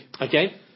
Okay